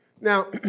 Now